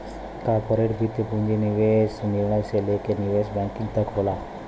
corporate वित्त पूंजी निवेश निर्णय से लेके निवेश बैंकिंग तक होला